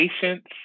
patience